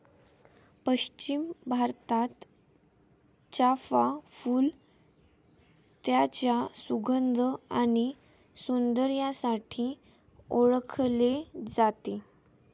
पश्चिम भारतात, चाफ़ा फूल त्याच्या सुगंध आणि सौंदर्यासाठी ओळखले जाते